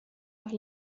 nach